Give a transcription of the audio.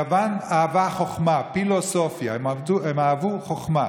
יוון אהבה חוכמה, פילוסופיה, הם אהבו חוכמה,